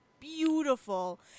beautiful